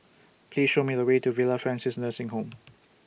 Please Show Me The Way to Villa Francis Nursing Home